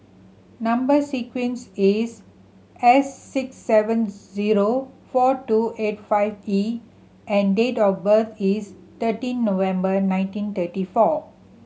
number sequence is S six seven zero four two eight five E and date of birth is thirteen November nineteen thirty four